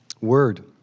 word